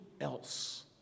else